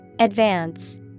Advance